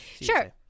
sure